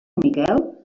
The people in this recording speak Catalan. miquel